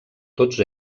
tots